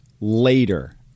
later